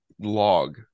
log